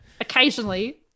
occasionally